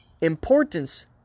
importance